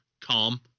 calm